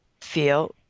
feel